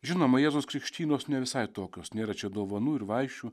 žinoma jėzaus krikštynos ne visai tokios nėra čia dovanų ir vaišių